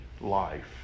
life